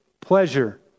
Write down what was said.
pleasure